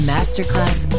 Masterclass